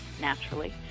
naturally